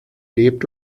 lebt